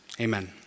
Amen